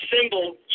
symbol